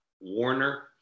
Warner